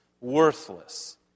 worthless